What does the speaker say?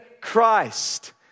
Christ